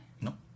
No